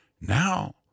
Now